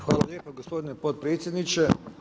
Hvala lijepa gospodine potpredsjedniče.